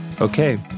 Okay